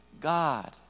God